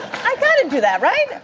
i got to do that, right?